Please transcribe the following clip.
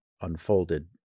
unfolded